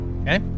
Okay